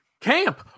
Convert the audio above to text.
Camp